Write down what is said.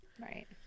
Right